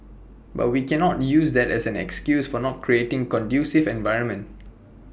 but we cannot use that as an excuse for not creating conducive environment